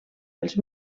els